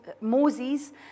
Moses